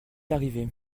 arrivée